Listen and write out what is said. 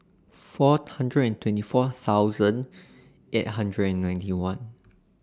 four hundred and twenty four thousand eight hundred and ninety one